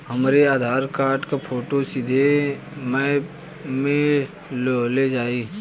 हमरे आधार कार्ड क फोटो सीधे यैप में लोनहो जाई?